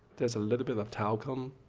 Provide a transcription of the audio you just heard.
there's a little bit of talcum.